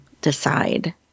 decide